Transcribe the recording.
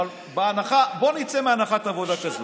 אבל בואו נצא מהנחת עבודה כזאת.